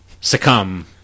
Succumb